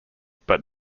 but